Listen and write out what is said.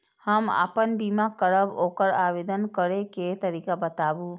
हम आपन बीमा करब ओकर आवेदन करै के तरीका बताबु?